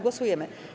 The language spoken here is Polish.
Głosujemy.